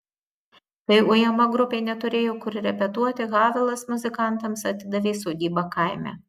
kai ujama grupė neturėjo kur repetuoti havelas muzikantams atidavė sodybą kaime